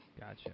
Gotcha